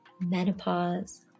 menopause